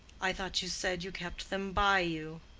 i thought you said you kept them by you.